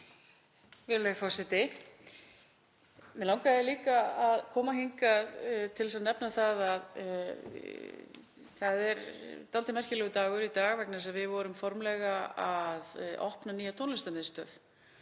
Mig langaði líka að koma hingað til þess að nefna að það er dálítið merkilegur dagur í dag. Við vorum formlega að opna nýja tónlistarmiðstöð.